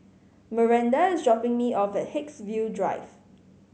Myranda is dropping me off at Haigsville Drive